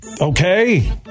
Okay